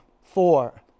four